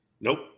Nope